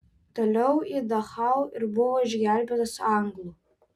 toliau į dachau ir buvo išgelbėtas anglų